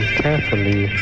carefully